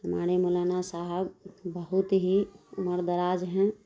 ہمارے مولانا صاحب بہت ہی عمر دراز ہیں